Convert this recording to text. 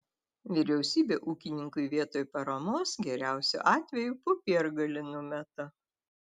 vyriausybė ūkininkui vietoj paramos geriausiu atveju popiergalį numeta